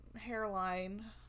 hairline